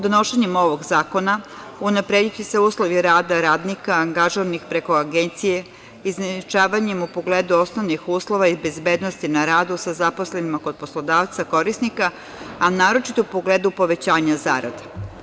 Donošenjem ovog zakona unaprediće se uslovi rada radnika angažovanih preko agencije izjednačavanjem u pogledu osnovnih uslova i bezbednosti na radu sa zaposlenima kod poslodavca korisnika, a naročito u pogledu povećanja zarada.